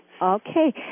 Okay